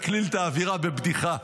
ולהקליל את האווירה בבדיחה: